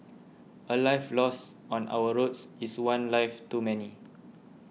a life lost on our roads is one life too many